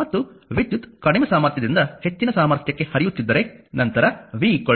ಮತ್ತು ವಿದ್ಯುತ್ ಕಡಿಮೆ ಸಾಮರ್ಥ್ಯದಿಂದ ಹೆಚ್ಚಿನ ಸಾಮರ್ಥ್ಯಕ್ಕೆ ಹರಿಯುತ್ತಿದ್ದರೆ ನಂತರ v iR